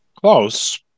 Close